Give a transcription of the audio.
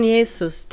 Jesus